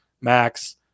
max